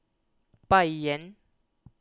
Bai Yan